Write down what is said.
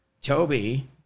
Toby